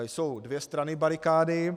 Jsou dvě strany barikády.